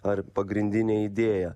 ar pagrindinę idėją